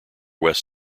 west